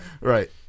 Right